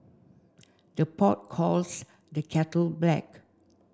the pot calls the kettle black